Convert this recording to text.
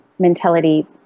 mentality